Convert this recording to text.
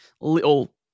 little